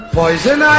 poison